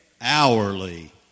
hourly